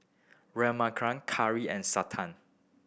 Raghuram Kiran and Santha